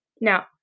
Now